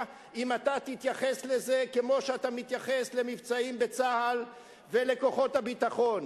אם אתה תתייחס לזה כמו שאתה מתייחס למבצעים בצה"ל ולכוחות הביטחון.